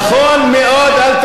אל תפריע לי ותקשיב,